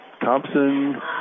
Thompson